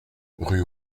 rue